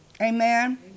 Amen